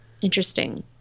Interesting